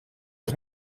nog